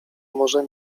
może